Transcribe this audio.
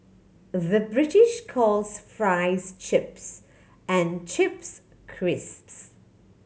the British calls fries chips and chips crisps